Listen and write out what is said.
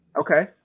Okay